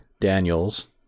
daniels